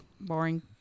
Boring